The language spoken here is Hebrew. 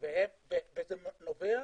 עדיין יהיו הרבה יותר נמוכים.